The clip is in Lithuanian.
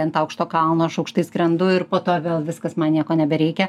ant aukšto kalno aš aukštai skrendu ir po to vėl viskas man nieko nebereikia